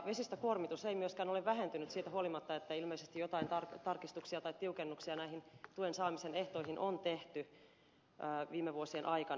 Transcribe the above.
vesistökuormitus ei myöskään ole vähentynyt siitä huolimatta että ilmeisesti joitain tarkistuksia tai tiukennuksia näihin tuen saamisen ehtoihin on tehty viime vuosien aikana